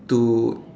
to